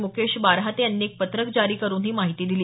मुकेश बारहाते यांनी एक पत्रक जारी करून ही माहिती दिली